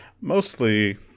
mostly